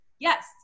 yes